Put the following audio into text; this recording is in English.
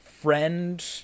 friend